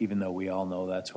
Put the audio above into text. even though we all know that's what